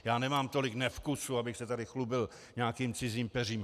Já nemám tolik nevkusu, abych se tady chlubil nějakým cizím peřím.